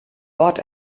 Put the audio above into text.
wort